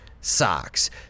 socks